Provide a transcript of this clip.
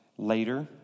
Later